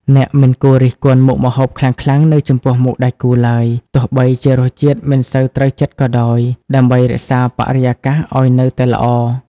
អ្នកមិនគួររិះគន់មុខម្ហូបខ្លាំងៗនៅចំពោះមុខដៃគូឡើយ ទោះបីជារសជាតិមិនសូវត្រូវចិត្តក៏ដោយ ដើម្បីរក្សាបរិយាកាសឱ្យនៅតែល្អ។